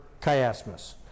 chiasmus